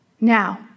Now